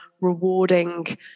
rewarding